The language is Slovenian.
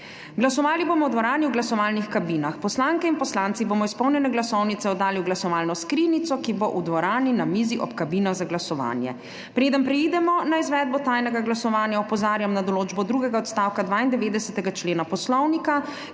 Glasovali bomo v dvorani v glasovalnih kabinah. Poslanke in poslanci bomo izpolnjene glasovnice oddali v glasovalno skrinjico, ki bo v dvorani na mizi ob kabinah za glasovanje. Preden preidemo na izvedbo tajnega glasovanja, opozarjam na določbo drugega odstavka 92. člena Poslovnika,